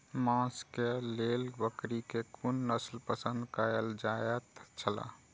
मांस के लेल बकरी के कुन नस्ल पसंद कायल जायत छला?